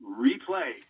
replay